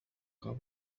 قبل